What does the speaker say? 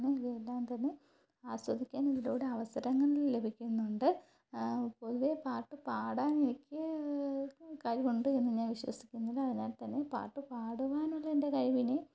ഇവയെല്ലാന്തന്നെ ആസ്വദിക്കാൻ ഇതിലൂടെ അവസരങ്ങൾ ലഭിക്കുന്നുണ്ട് പൊതുവേ പാട്ട് പാടാൻ എനിക്ക് കഴിവുണ്ട് എന്ന് ഞാൻ വിശ്വസിക്കുന്നില്ല അതിനാൽതന്നെ പാട്ട് പാടുവാനുള്ള എൻ്റെ കഴിവിനെ